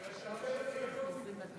חכה לסיכום.